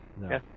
No